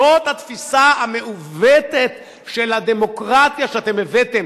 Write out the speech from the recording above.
זאת התפיסה המעוותת של הדמוקרטיה שאתם הבאתם.